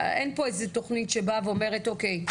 אין פה איזו תוכנית שבאה ואומרת אוקיי,